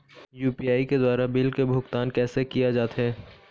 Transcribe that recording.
UPI के द्वारा bill के भुगतान कैसे किया जाथे?